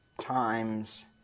times